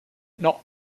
not